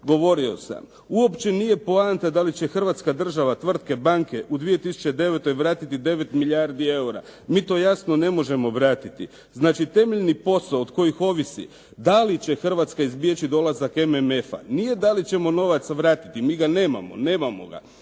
govorio sam uopće nije poanta da li će Hrvatska država, tvrtke, banke u 2009. vratiti 9 milijardi eura. Mi to jasno ne možemo vratiti. Znači temeljni posao od kojih ovisi da li će Hrvatska izbjeći dolazak MMF-a, nije da li ćemo novac vratiti. Mi ga nemamo, nemamo ga.